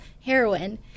heroin